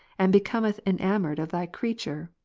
and becometh enamoured of thy creature,